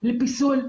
לפיסול,